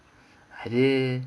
அது:adhu